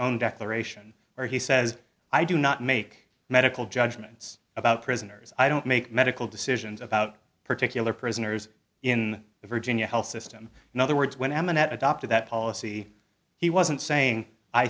own declaration or he says i do not make medical judgments about prisoners i don't make medical decisions about particular prisoners in virginia health system in other words when i met adopted that policy he wasn't saying i